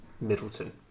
Middleton